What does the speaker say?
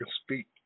speak